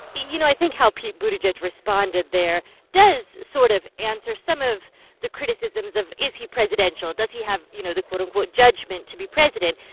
you know, i think how pete buttigieg responded there does sort of answer some of the criticisms of, is he presidential? does he have, you know, the, quote, unquote, judgment to be president?